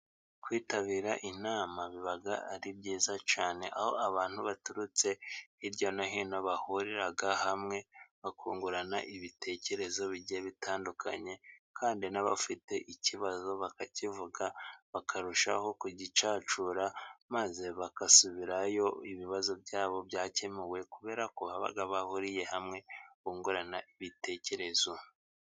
Kwitabira inama biba ari byiza cyane aho abantu baturutse hirya no hino bahurira hamwe bakungurana ibitekerezo bigiye bitandukanye, kandi n'abafite ikibazo bakakivuga bakarushaho kugicacura maze bagasubirayo ibibazo byabo byakemuwe, kuberako baba bahuriye hamwe bungurana ibitekerezo.